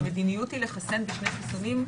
המדיניות היא לחסן בשני חיסונים.